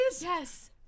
Yes